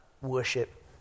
worship